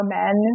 men